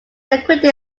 aqueduct